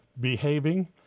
behaving